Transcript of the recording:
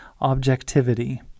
objectivity